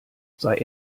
sei